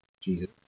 Jesus